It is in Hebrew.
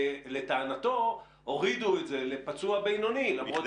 לטענתו הורידו את זה לפצוע בינוני למרות